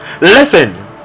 Listen